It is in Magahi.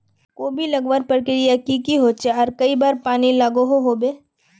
कोबी लगवार प्रक्रिया की की होचे आर कई बार पानी लागोहो होबे?